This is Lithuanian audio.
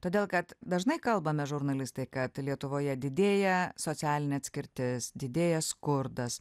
todėl kad dažnai kalbame žurnalistai kad lietuvoje didėja socialinė atskirtis didėja skurdas